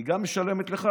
היא גם משלמת לך